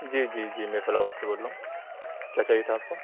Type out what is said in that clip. جی جی جی میں فلاورس سے بول رہا ہوں کیا چاہیے تھا آپ کو